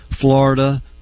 Florida